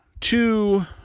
two